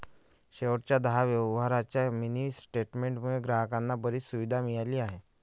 शेवटच्या दहा व्यवहारांच्या मिनी स्टेटमेंट मुळे ग्राहकांना बरीच सुविधा मिळाली आहे